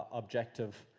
objective,